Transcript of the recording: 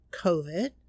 COVID